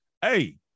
hey